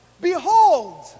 Behold